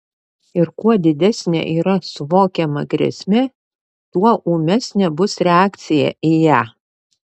ir kuo didesnė yra suvokiama grėsmė tuo ūmesnė bus reakcija į ją